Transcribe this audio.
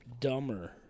dumber